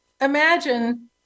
imagine